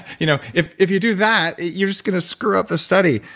you know if if you do that, you're just going to screw up the study.